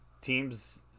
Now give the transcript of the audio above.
teams